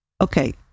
Okay